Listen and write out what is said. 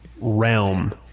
realm